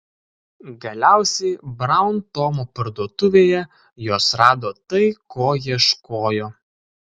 galiausiai braun tomo parduotuvėje jos rado tai ko ieškojo